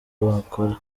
bahakora